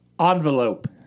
Envelope